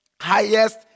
highest